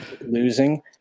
losing